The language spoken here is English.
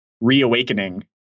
reawakening